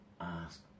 ask